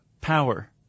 power